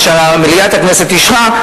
מה שמליאת הכנסת אישרה,